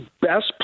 best